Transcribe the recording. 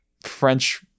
French